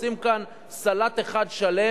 עושים כאן סלט אחד שלם.